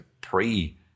pre